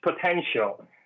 potential